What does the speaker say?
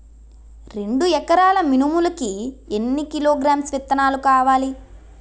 రెండు ఎకరాల మినుములు కి ఎన్ని కిలోగ్రామ్స్ విత్తనాలు కావలి?